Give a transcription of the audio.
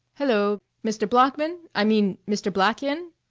hello-o. mr. bloeckman i mean mr. black in?